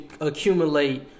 accumulate